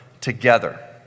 together